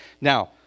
Now